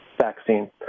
vaccine